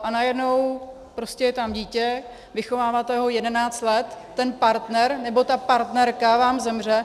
A najednou prostě je tam dítě, vychováváte ho 11 let, ten partner nebo ta partnerka vám zemře...